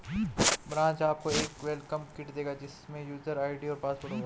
branch आपको एक welcome kit देगा जिसमे यूजर आई.डी और पासवर्ड होगा